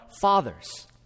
fathers